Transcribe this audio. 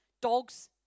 dogs